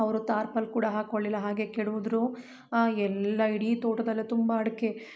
ಅವರು ತಾರ್ಪಾಲ್ ಕೂಡ ಹಾಕೋಳಿಲ್ಲ ಹಾಗೇ ಕೆಡವುದ್ರು ಎಲ್ಲ ಇಡೀ ತೋಟದಲ್ಲೇ ತುಂಬ ಅಡಿಕೆ